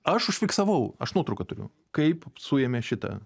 aš užfiksavau aš nuotrauką turiu kaip suėmė šitą